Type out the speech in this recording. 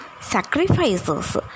sacrifices